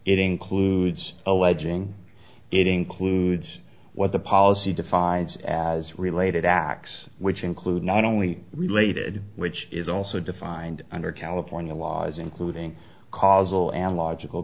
it includes alleging it includes what the policy defines as related acts which include not only related which is also defined under california law as including causal and logical